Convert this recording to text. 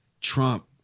Trump